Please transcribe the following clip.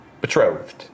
Betrothed